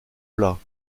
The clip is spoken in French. plat